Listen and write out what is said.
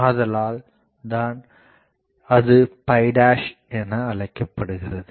ஆதலால் தான் அது என அழைக்கப்படுகிறது